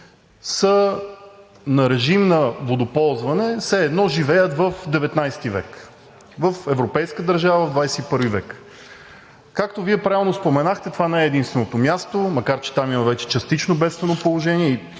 са на режим на водоползване все едно живеят в ХІХ век – в европейска държава в ХХІ век. Както Вие правилно споменахте, това не е единственото място, макар че там има вече частично бедствено положение